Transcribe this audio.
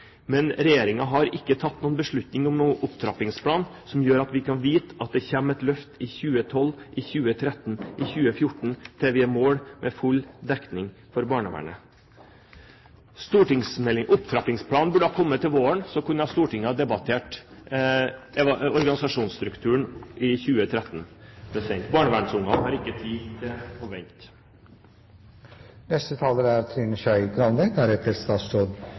men regjeringen har ikke tatt noen beslutning om en opptrappingsplan som gjør at vi vet at det kommer et løft i 2012, i 2013 eller i 2014, til vi er i mål med full dekning for barnevernet. Opptrappingsplanen burde ha kommet til våren. Da kunne Stortinget ha debattert organisasjonsstrukturen i 2013. Barnevernsungene har ikke tid til å vente.